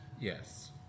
Yes